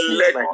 let